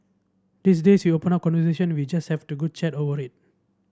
these days open up conversation we just have to good chat over it